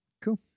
Cool